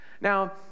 Now